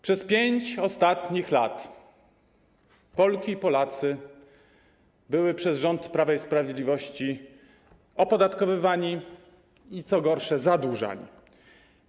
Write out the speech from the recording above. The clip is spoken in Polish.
Przez 5 ostatnich lat Polki i Polacy byli przez rząd Prawa i Sprawiedliwości opodatkowywani i, co gorsze, zadłużani.